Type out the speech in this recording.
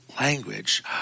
language